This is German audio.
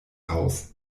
haus